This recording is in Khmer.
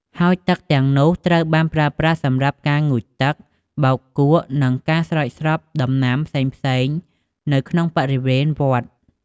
ហើយទឹកទាំងនោះត្រូវបានប្រើប្រាស់សម្រាប់ការ ងូតទឹក បោកគក់ និងការ ស្រោចស្រពដំណាំ ផ្សេងៗនៅក្នុងបរិវេណវត្ត។